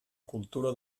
cultura